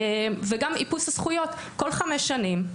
גם איפוס הזכויות כל חמש שנים,